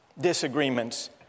disagreements